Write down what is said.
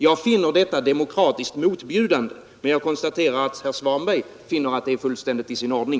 Jag finner detta demokratiskt motbjudande, men jag konstaterar att herr Svanberg anser att det är fullständigt i sin ordning.